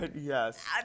yes